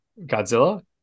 Godzilla